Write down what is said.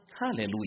Hallelujah